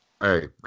Hey